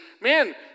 man